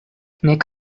nek